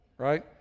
right